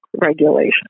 regulation